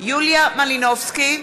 יוליה מלינובסקי,